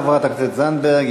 תודה, חברת הכנסת זנדברג.